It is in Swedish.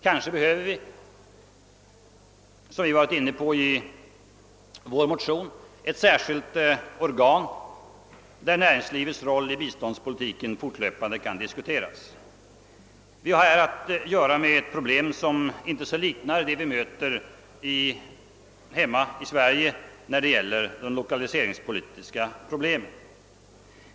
Kanske behövs det — vilket vi varit inne på i vår motion — ett särskilt organ, där näringslivets roll i biståndspolitiken fortlöpande kan diskuteras. Man har här att göra med ett problem som inte så litet liknar de problem som möter i Sverige när det gäller lokaliseringspolitiken.